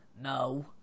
No